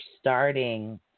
starting